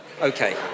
Okay